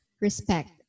respect